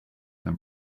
than